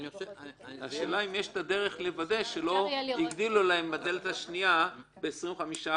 השאלה אם יש דרך לוודא שלא הגדילו להם בדלת השנייה ב-25%